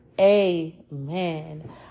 Amen